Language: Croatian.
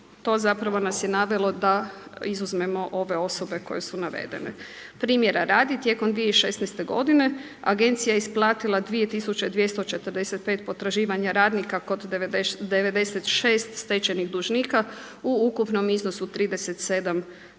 to zapravo nas je navelo da izuzmemo ove osobe koje su navedene. Primjera radi, tijekom 2016. godine agencija je isplatila 2245 potraživanja radnika kod 96 stečajnih dužnika u ukupnom iznosu 37 milijuna